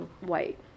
white